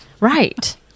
right